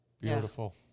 Beautiful